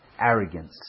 arrogance